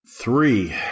Three